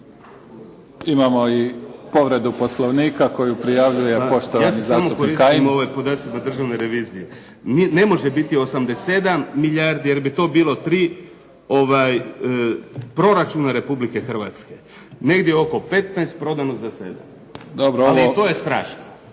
Imamo i povredu poslovnika koji prijavljuje poštovani zastupnik Kajin. **Kajin, Damir (IDS)** Ja se samo koristim podacima Državne revizije. Ne može biti 87 milijardi jer bi to bilo 3 proračuna Republike Hrvatske. Negdje oko 15, prodano za 7. **Mimica, Neven